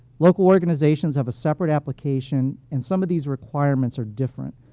local organizations have a separate application. and some of these requirements are different.